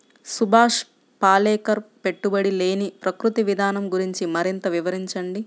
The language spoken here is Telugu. సుభాష్ పాలేకర్ పెట్టుబడి లేని ప్రకృతి విధానం గురించి మరింత వివరించండి